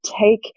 take